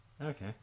Okay